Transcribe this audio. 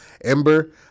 Ember